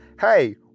hey